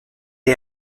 est